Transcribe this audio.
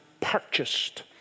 purchased